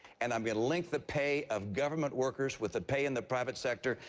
and i'm going to link the pay of government workers with the pay in the private sector.